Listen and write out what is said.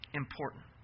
important